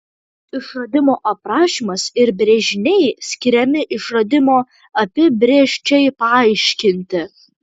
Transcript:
išradimo aprašymas ir brėžiniai skiriami išradimo apibrėžčiai paaiškinti